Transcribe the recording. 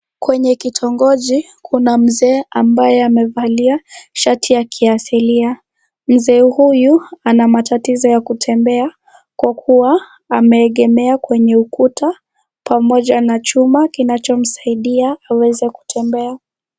Kwenye kitongoji kuna mzee ambaye amevalia shati ya kiasilia. Mzee huyu ana matatizo ya kutembea kwa kuwa ameegemea kwenye ukuta pamoja na chuma kinachomsaidia aweze kutembea.